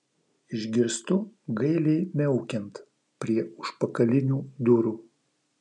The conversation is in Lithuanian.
išgirstu gailiai miaukiant prie užpakalinių durų